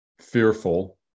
fearful